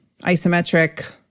isometric